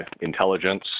intelligence